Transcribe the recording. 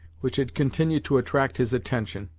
which had continued to attract his attention,